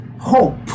hope